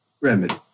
remedy